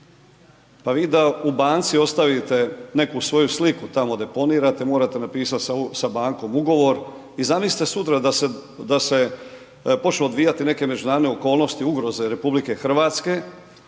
Pa vi da u banci ostavite neku svoju sliku tamo deponirate, morate napisat sa bankom ugovor i zamislite sutra da se počnu odvijati neke međunarodne okolnosti, ugroze RH, ne onaj